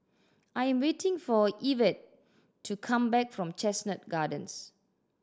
I am waiting for Evette to come back from Chestnut Gardens